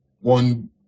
one